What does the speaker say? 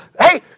hey